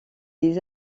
des